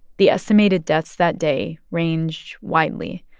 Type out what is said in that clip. the estimated deaths that day range widely,